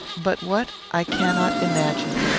but what i cannot imagine.